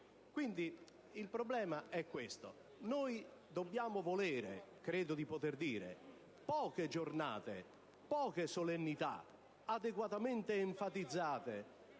una qualche confusione. Noi dobbiamo volere, credo di poter dire, poche giornate, poche solennità adeguatamente enfatizzate,